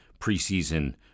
preseason